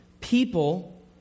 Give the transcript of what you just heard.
people